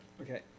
Okay